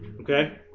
Okay